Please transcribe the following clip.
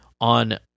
on